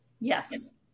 Yes